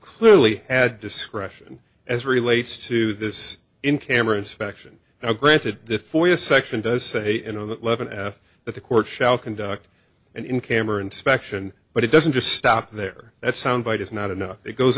clearly had discretion as relates to this in camera inspection now granted the for us section does say in the eleven f that the court shall conduct and in camera inspection but it doesn't just stop there that sound bite is not enough it goes